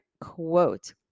quote